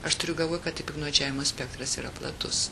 aš turiu galvoj kad piktnaudžiavimo spektras yra platus